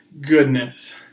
goodness